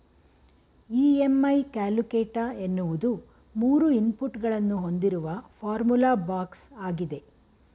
EMI calculator ಎನ್ನುವುದು ಮೂರು input ಗಳನ್ನು ಹೊಂದಿರುವ ಫಾರ್ಮುಲಾ ಬಾಕ್ಸ್ ಆಗಿದೆ